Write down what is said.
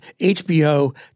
HBO